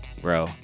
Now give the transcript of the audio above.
Bro